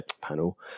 panel